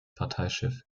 parteichef